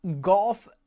golf